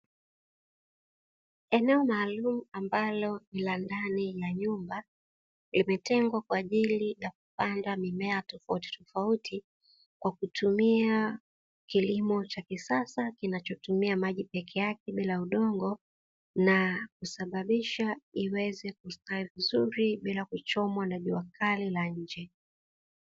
Eneo maalumu ambalo ni la ndani la nyumba limetengwa kwajili ya kupanda mimea tofauti tofauti kwa kutumia kilimo cha kisasa kinachotumia maji peke yake bila udongo na kusababisha iweze kustawi vizuri bila kuchomwa na jua kali la nje.